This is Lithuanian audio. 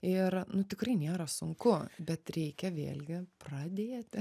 ir nu tikrai nėra sunku bet reikia vėlgi pradėti